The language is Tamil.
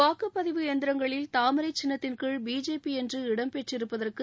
வாக்குப் பதிவு எந்திரங்களில் தாமரை சின்னத்தின்கீழ் பிஜேபி என்று இடம் பெற்றிருப்பதற்கு